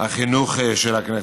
החינוך של הכנסת.